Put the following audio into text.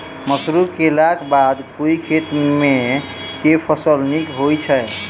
मसूरी केलाक बाद ओई खेत मे केँ फसल नीक होइत छै?